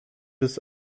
des